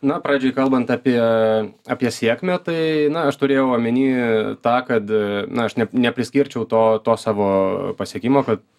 na pradžioj kalbant apie apie sėkmę tai na aš turėjau omeny tą kad na aš nep nepriskirčiau to to savo pasiekimo kad